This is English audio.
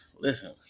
listen